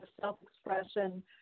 self-expression